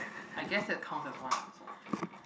I guess that counts as one lah so okay